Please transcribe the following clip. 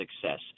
success